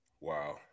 Wow